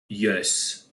yes